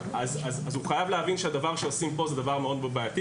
הוא חייב להבין שהדבר שעושים כאן הוא דבר מאוד מאוד בעייתי